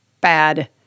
bad